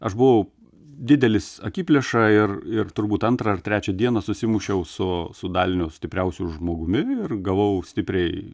aš buvau didelis akiplėša ir ir turbūt antrą ar trečią dieną susimušiau su su dalinio stipriausiu žmogumi ir gavau stipriai